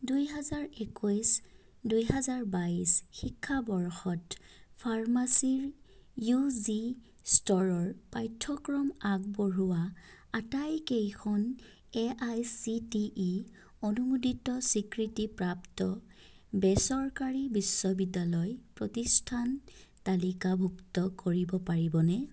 দুই হাজাৰ একৈছ দুই হাজাৰ বাইছ শিক্ষাবৰ্ষত ফাৰ্মাচীৰ ইউ জি স্তৰৰ পাঠ্যক্ৰম আগবঢ়োৱা আটাইকেইখন এআইচিটিই অনুমোদিত স্বীকৃতিপ্ৰাপ্ত বেচৰকাৰী বিশ্ববিদ্যালয় প্ৰতিষ্ঠান তালিকাভুক্ত কৰিব পাৰিবনে